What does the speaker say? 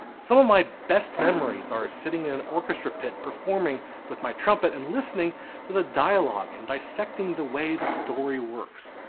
some of my best memories are sitting in an orchestra pit performing with my trumpet and listening to the dialogue and dissecting the way the story works.